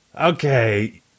okay